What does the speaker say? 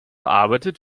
arbeitet